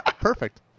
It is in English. Perfect